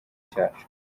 cyacu